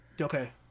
Okay